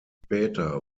später